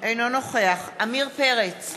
אינו נוכח עמיר פרץ,